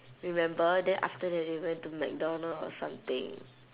remember then after that they went to mcdonald or something